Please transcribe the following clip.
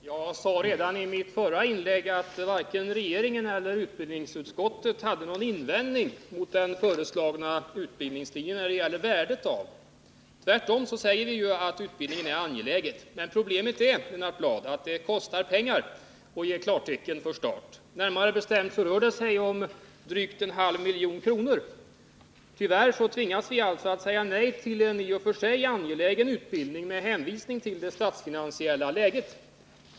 Herr talman! Jag sade redan i mitt förra inlägg att varken regeringen eller utbildningsutskottet hade någon invändning mot den föreslagna utbildningslinjen när det gäller själva värdet av den. Tvärtom framhåller vi ju att utbildningen är angelägen. Problemet är, Lennart Bladh, att det kostar pengar att ge klartecken för start. Närmare bestämt rör det sig om en halv miljon kronor. Tyvärr tvingas vi alltså att säga nej till en i och för sig angelägen utbildning och detta med hänvisning till det statsfinansiella läget.